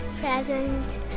present